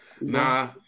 Nah